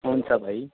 हुन्छ भाइ